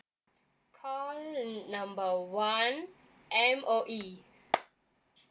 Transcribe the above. call number one M_O_E